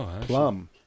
Plum